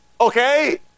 okay